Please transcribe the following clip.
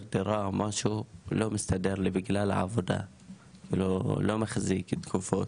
דירה משהו לא מסתדר לי בגלל העבודה ולא מחזיק תקופות.